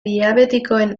diabetikoen